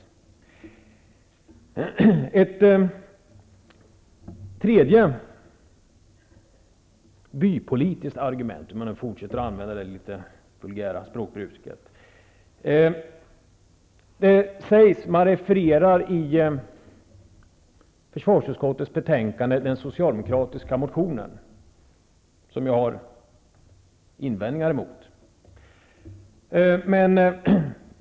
Jag kan framföra ett tredje bypolitiskt argument -- för att fortsätta att använda det litet vulgära språkbruket. I försvarsutskottets betänkande refererar man till den socialdemokratiska motionen, vilken jag har invändningar emot.